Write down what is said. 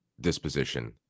disposition